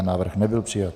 Návrh nebyl přijat.